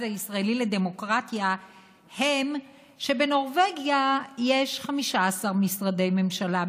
הישראלי לדמוקרטיה הם שבנורבגיה יש 15 משרדי ממשלה,